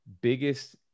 biggest